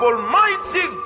Almighty